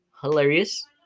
hilarious